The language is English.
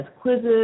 quizzes